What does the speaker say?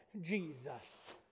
Jesus